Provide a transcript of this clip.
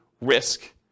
risk